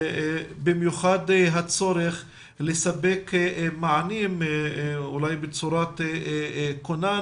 במיוחד הצורך לספק מענים אולי בצורת כונן